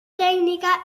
tècnica